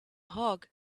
hog